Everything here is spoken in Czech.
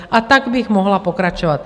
A tak bych mohla pokračovat.